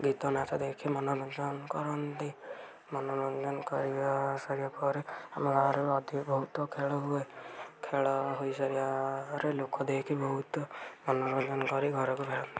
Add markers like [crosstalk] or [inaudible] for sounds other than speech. ଗୀତ ନାଚ ଦେଖି ମନୋରଞ୍ଜନ କରନ୍ତି ମନୋରଞ୍ଜନ କରିବା ସାରିବା ପରେ ଆମ ଗାଁରେ [unintelligible] ବହୁତ ଖେଳ ହୁଏ ଖେଳ ହୋଇ ସାରିବାରେ ଲୋକ ଦେଖି ବହୁତ ମନୋରଞ୍ଜନ କରି ଘରକୁ ଫେରନ୍ତି